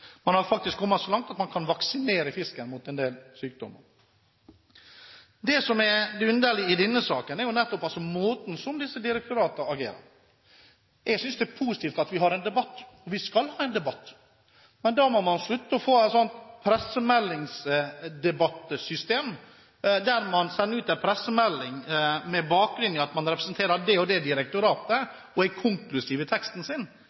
Man har faktisk kommet så langt at man kan vaksinere fisken mot en del sykdommer. Det som er det underlige i denne saken, er nettopp måten disse direktoratene agerer på. Jeg synes det er positivt at vi har en debatt, og vi skal ha en debatt, men da må man slutte å få et sånt pressemeldingsdebattsystem, der man sender ut en pressemelding med bakgrunn i at man representerer det og det direktoratet, og er konklusiv i teksten sin.